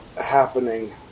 happening